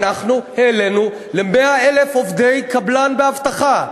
אנחנו העלינו ל-100,000 עובדי קבלן באבטחה.